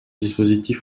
dispositif